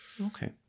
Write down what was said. Okay